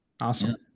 Awesome